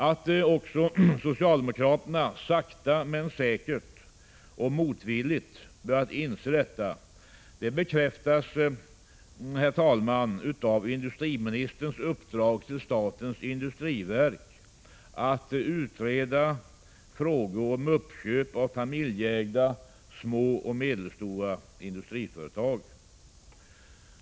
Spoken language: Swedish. Att också socialdemokraterna sakta men säkert och motvilligt börjat inse detta bekräftas, herr talman, av industriministerns uppdrag till statens industriverk att utreda frågor om uppköp av familjeägda små och medelstora industriföretag.